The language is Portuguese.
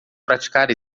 praticar